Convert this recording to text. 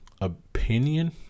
opinion